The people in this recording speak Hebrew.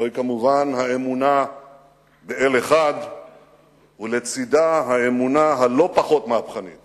זוהי כמובן האמונה באל אחד ולצדה האמונה הלא-פחות מהפכנית